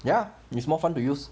ya it's more fun to use